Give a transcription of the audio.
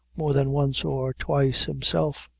more than once or twice, himself.